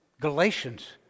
Galatians